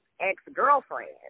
ex-girlfriend